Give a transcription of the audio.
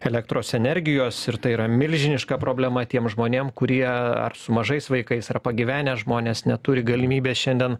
elektros energijos ir tai yra milžiniška problema tiem žmonėm kurie ar su mažais vaikais ar pagyvenę žmonės neturi galimybės šiandien